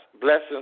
blessings